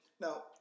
Now